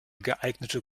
geeignete